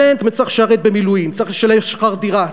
וצריך לשרת במילואים, צריך לשלם שכר דירה.